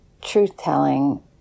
truth-telling